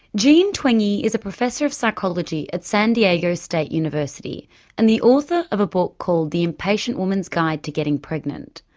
jean twenge is a professor of psychology at san diego state university and the author of a book called the impatient woman's guide to getting pregnant.